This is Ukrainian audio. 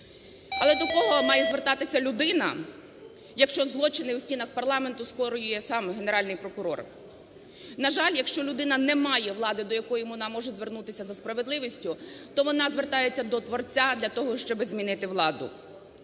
Але до кого має звертатися людина, якщо злочини у стінах парламент скоює сам Генеральний прокурор. На жаль, якщо людина не має влади, до якої вона може звернутися за справедливістю, то вона звертається до Творця для того, щоби змінити владу.